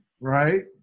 right